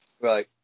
Right